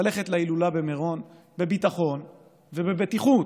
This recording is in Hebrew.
ללכת להילולה במירון בביטחון ובבטיחות.